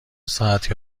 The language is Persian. ساعتی